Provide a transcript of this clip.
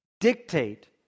Dictate